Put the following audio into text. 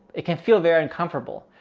it can feel very uncomfortable,